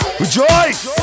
rejoice